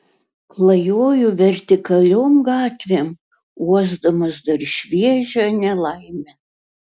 klajoju vertikaliom gatvėm uosdamas dar šviežią nelaimę